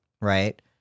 right